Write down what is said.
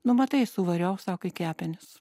nu matai suvariau sako į kepenis